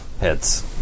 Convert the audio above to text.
heads